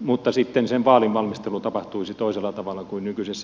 mutta sitten sen vaalin valmistelu tapahtuisi toisella tavalla kuin nykyisessä järjestelmässä